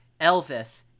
Elvis